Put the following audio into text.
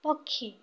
ପକ୍ଷୀ